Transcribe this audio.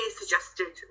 suggested